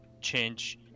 change